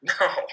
No